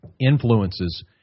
influences